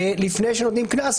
לפני שנותנים קנס,